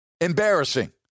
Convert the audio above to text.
embarrassing